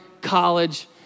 college